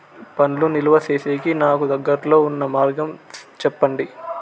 పండ్లు నిలువ సేసేకి నాకు దగ్గర్లో ఉన్న మార్గం చెప్పండి?